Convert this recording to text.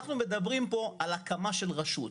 אנחנו מדברים פה על הקמה של רשות.